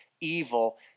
evil